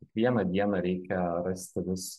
kiekvieną dieną reikia rasti vis